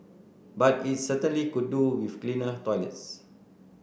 but it's certainly could do with cleaner toilets